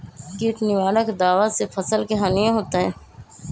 किट निवारक दावा से फसल के हानियों होतै?